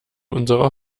unserer